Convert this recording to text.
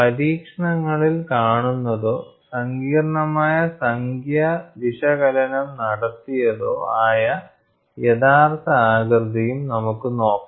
പരീക്ഷണങ്ങളിൽ കാണുന്നതോ സങ്കീർണ്ണമായ സംഖ്യാ വിശകലനം നടത്തിയതോ ആയ യഥാർത്ഥ ആകൃതിയും നമുക്ക് നോക്കാം